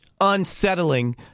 unsettling